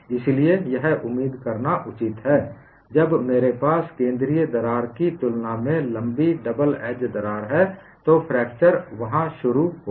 इसलिए यह उम्मीद करना उचित है जब मेरे पास केंद्रीय दरार की तुलना में लम्बी डबल एज दरार है तो फ्रैक्चर वहां शुरू होगा